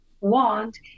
want